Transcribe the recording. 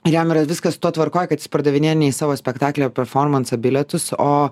jam yra viskas su tuo tvarkoj kad jis pardavinėja savo spektaklį ar performansą bilietus o